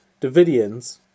Davidians